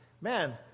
man